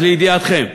אז לידיעתכם,